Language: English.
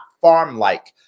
farm-like